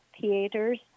theaters